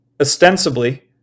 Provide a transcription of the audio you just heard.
Ostensibly